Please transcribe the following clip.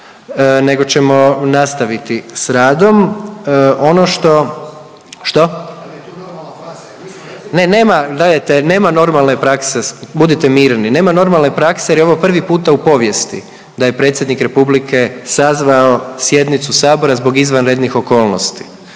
nego ćemo nastaviti s radom. Ono što… Što? .../Upadica se ne čuje./... Ne, nema, gledajte, nema normalne prakse, budite mirni, nema normalne prakse jer je ovo prvi puta u povijesti da je predsjednik Republike sazvao sjednicu Sabora zbog izvanrednih okolnosti.